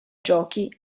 giochi